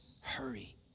hurry